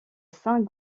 saint